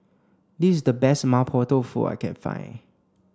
this is the best Mapo Tofu I can find